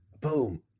boom